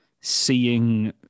seeing